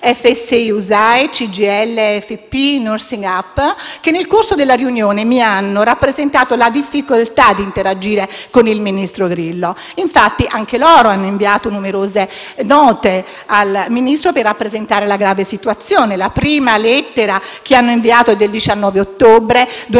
FSI-USAE, CGL-FP, NURSING-UP, che nel corso della riunione mi hanno rappresentato la difficoltà di interagire con il ministro Grillo. Infatti, anche loro hanno inviato numerose note per rappresentare la grave situazione. La prima lettera è stata inviata nel 19 ottobre 2018,